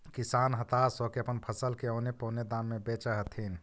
किसान हताश होके अपन फसल के औने पोने दाम में बेचऽ हथिन